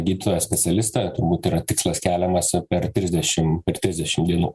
gydytoją specialistą turbūt yra tikslas keliamas per trisdešim per trisdešim dienų